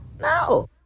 No